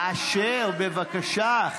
אשר, בבקשה.